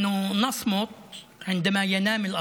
אנחנו שותקים כאשר הילדים ישנים.